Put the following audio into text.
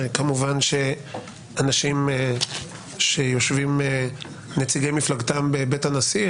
הרי כמובן שאנשים שיושבים נציגי מפלגתם בבית הנשיא,